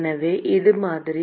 எனவே அது மாதிரி